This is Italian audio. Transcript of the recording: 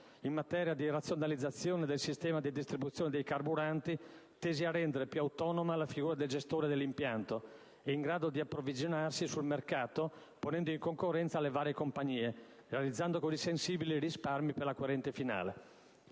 in materia di razionalizzazione del sistema di distribuzione dei carburanti, tesi a rendere più autonoma la figura del gestore dell'impianto, e in grado di approvvigionarsi sul mercato ponendo in concorrenza le varie compagnie, realizzando così sensibili risparmi per l'acquirente finale.